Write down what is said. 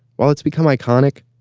while it's become iconic,